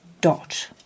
dot